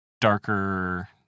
darker